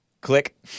Click